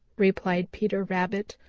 replied peter rabbit.